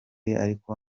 ariko